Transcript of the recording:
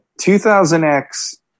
2000x